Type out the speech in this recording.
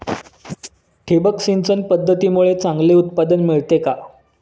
ठिबक सिंचन पद्धतीमुळे चांगले उत्पादन मिळते का?